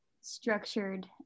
structured